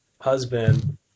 husband